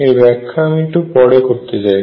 এর ব্যাখ্যা আমি একটু পরে করতে চাই